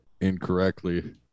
incorrectly